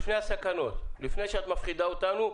לפני הסכנות, לפני שאת מפחידה אותנו.